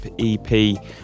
EP